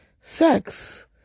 Sex